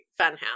funhouse